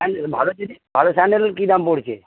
স্যানড ভালো ভালো স্যান্ডেল কি দাম পড়ছে